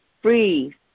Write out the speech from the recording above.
free